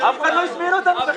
אף אחד לא הזמין אותנו.